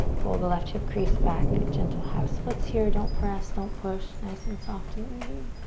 pull the left hip crease back. gentle half splits here, don't press, don't push. nice and softy and easy.